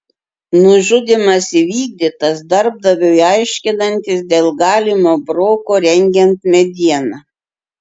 nužudymas įvykdytas darbdaviui aiškinantis dėl galimo broko rengiant medieną